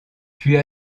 puis